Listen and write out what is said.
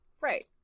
right